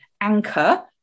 anchor